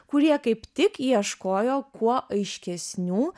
kurie kaip tik ieškojo kuo aiškesnių